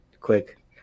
quick